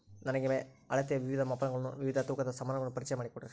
ನಮಗೆ ಅಳತೆಯ ವಿವಿಧ ಮಾಪನಗಳನ್ನು ವಿವಿಧ ತೂಕದ ಸಾಮಾನುಗಳನ್ನು ಪರಿಚಯ ಮಾಡಿಕೊಡ್ರಿ?